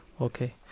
Okay